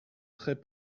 très